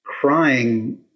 crying